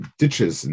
ditches